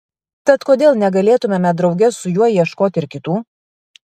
tad kodėl negalėtumėme drauge su juo ieškoti ir kitų